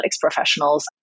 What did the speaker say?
professionals